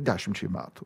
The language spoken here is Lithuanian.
dešimčiai metų